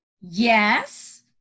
Yes